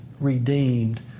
redeemed